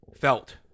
Felt